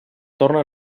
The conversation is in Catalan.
torna